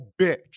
bitch